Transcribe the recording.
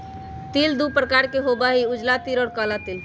तिल दु प्रकार के होबा हई उजला तिल और काला तिल